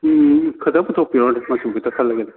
ꯎꯝ ꯈꯤꯇ ꯄꯨꯊꯣꯛꯄꯤꯔꯛꯑꯣꯅꯦ ꯃꯆꯨ ꯈꯤꯇ ꯈꯜꯂꯒꯦ